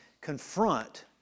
confront